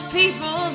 people